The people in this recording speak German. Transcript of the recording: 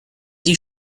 die